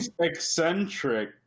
Eccentric